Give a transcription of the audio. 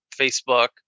Facebook